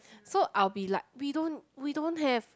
so I'll be like we don't we don't have